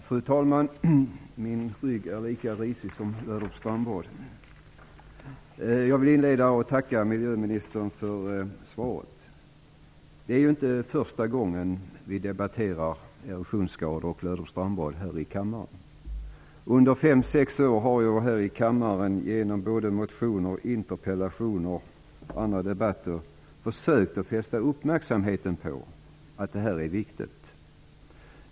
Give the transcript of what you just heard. Fru talman! Min rygg är lika risig som Löderups strandbad. Jag vill inleda med att tacka miljöministern för svaret. Det är ju inte första gången vi debatterar erosionsskador och Löderups strandbad här i kammaren. Under fem-sex år har jag här i kammaren genom motioner, interpellationer och andra debatter försökt att fästa uppmärksamheten på att detta är viktigt.